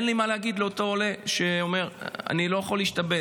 אין לי מה להגיד לאותו עולה שאומר: אני לא יכול להשתבץ.